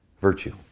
virtue